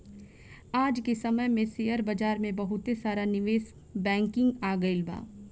आज के समय में शेयर बाजार में बहुते सारा निवेश बैंकिंग आ गइल बा